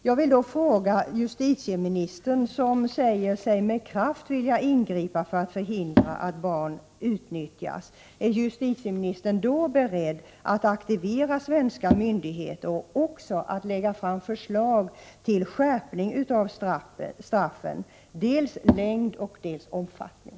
Jag vill fråga justitieministern — som säger sig vilja ingripa med kraft för att förhindra att barn utnyttjas — om hon är beredd att aktivera svenska myndigheter och att lägga fram förslag till skärpning av straffen, i vad gäller både längd och omfattning.